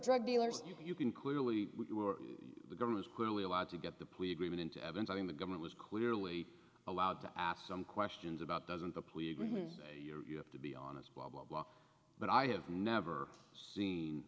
drug dealers you can clearly the government's clearly allowed to get the plea agreement into evidence i mean the government was clearly allowed to ask some questions about doesn't a plea agreement you have to be honest blah blah blah but i have never seen